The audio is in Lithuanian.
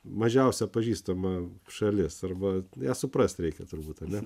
mažiausiai pažįstama šalis arba ją suprast reikia turbūt ane